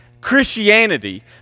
Christianity